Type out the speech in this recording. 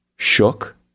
Shook